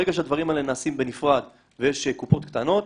ברגע שהדברים האלה נעשים בנפרד ויש קופות קטנות,